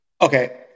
Okay